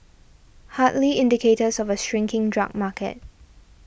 hardly indicators of a shrinking drug market